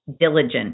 diligent